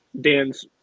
dan's